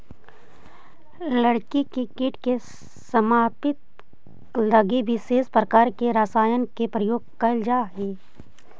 लकड़ी के कीट के समाप्ति लगी विशेष प्रकार के रसायन के प्रयोग कैल जा हइ